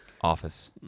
office